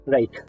Right